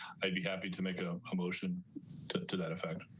i'd be happy to make a motion to to that effect.